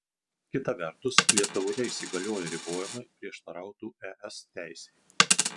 kita vertus lietuvoje įsigalioję ribojimai prieštarautų es teisei